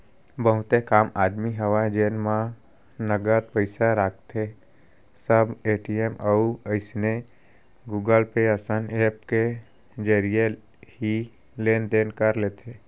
बहुते कम आदमी हवय जेन मन नगद पइसा राखथें सब ए.टी.एम अउ अइसने गुगल पे असन ऐप के जरिए ही लेन देन कर लेथे